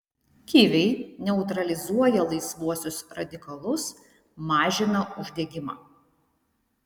kiviai neutralizuoja laisvuosius radikalus mažina uždegimą